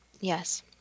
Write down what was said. Yes